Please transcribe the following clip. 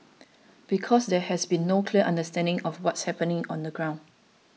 because there has been no clear understanding of what's happening on the ground